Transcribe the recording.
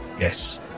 Yes